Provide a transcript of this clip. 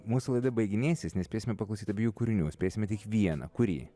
mūsų laida baiginėsis nespėsime paklausyt abiejų kūrinių spėsime tik vieną kurį